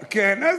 כן.